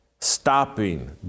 stopping